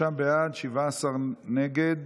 17 נגד.